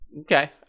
Okay